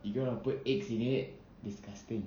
if you wanna put eggs in it disgusting